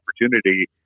opportunity